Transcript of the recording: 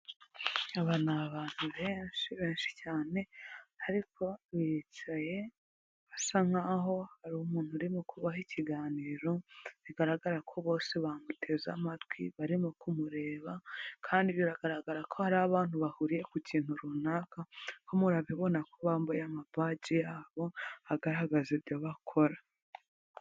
Aba ni abantu benshi benshi cyane ariko bicaye basa nkaho hari umuntu urimo kubaho ikiganiro bigaragara ko bose bamuteze amatwi barimo kumureba kandi biragaragara ko hari abantu bahuriye ku kintu runaka murabibona kuba bambaye amapaji yabo agaragaza ibyo bakora.